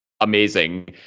amazing